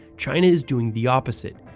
china is doing the opposite,